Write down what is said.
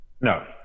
No